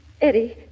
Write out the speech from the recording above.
Eddie